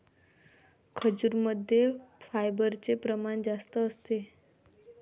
खजूरमध्ये फायबरचे प्रमाण जास्त असते